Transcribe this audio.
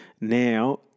Now